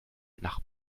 nach